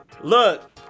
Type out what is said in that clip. Look